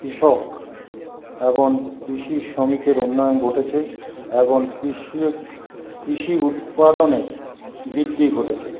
কৃষক এবং কৃষি শ্রমিকের উন্নয়ন ঘটেছে এবং কৃষক কৃষি উৎপাদনের বিক্রি ঘটেছে